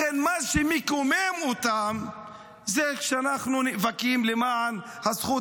לכן מה שמקומם אותם זה שאנחנו נאבקים למען הזכות